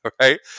right